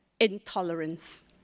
intolerance